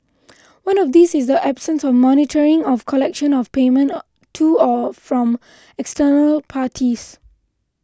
one of these is the absence of monitoring of collection of payment to or from external parties